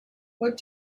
what